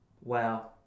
Wow